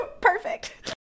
Perfect